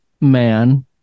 man